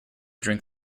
drink